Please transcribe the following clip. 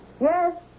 Yes